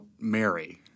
Mary